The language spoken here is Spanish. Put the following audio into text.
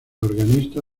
organista